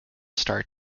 star